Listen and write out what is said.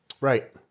Right